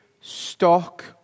stock